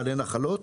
בעלי נחלות,